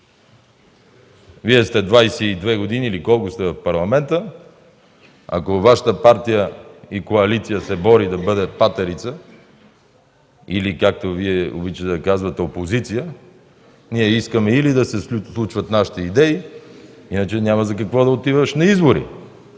Вие сте 22 години, или колко сте в Парламента?! Ако Вашата партия и коалиция се бори да бъде патерица, или както Вие обичате да казвате „опозиция”, ние искаме или да се случват нашите идеи – иначе няма за какво да отиваш на избори.